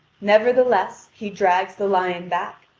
nevertheless, he drags the lion back,